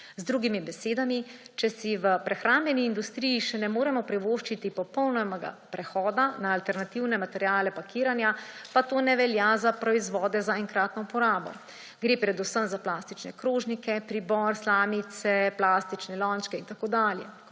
Z drugimi besedami, če si v prehrambni industriji še ne moremo privoščiti popolnega prehoda na alternativne materiale pakiranja, pa to ne velja za proizvode za enkratno uporabo. Gre predvsem za plastične krožnike, pribor, slamice, plastične lončke in tako dalje.